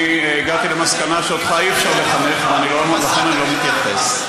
אני הגעתי למסקנה שאותך אי-אפשר לחנך ולכן אני לא מתייחס.